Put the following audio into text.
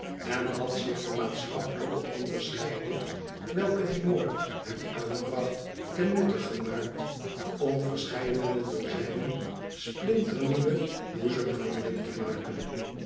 en had zich de maatschappelijke onderscheiding welke die moord hem aanbracht ten nutte gemaakt om verscheidene dozijnen splinternieuwe boezemvrienden te maken